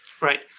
Right